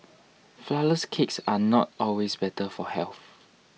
Flourless Cakes are not always better for health